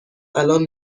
الان